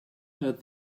heard